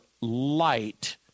light